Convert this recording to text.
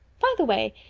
by the way,